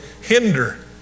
hinder